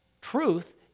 truth